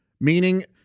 meaning